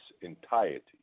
entirety